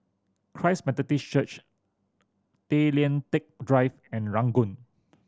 Christ Methodist Church Tay Lian Teck Drive and Ranggung